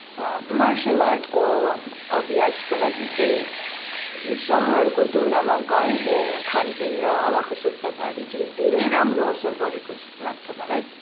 martial आर्ट्सको अभ्यासको लागि चाहिँ सहरको तुलनामा गाउँको खानपिन र हावाको शुद्धताले चाहिँ धेरै राम्रो असर गरेको जस्तो लाग्छ मलाई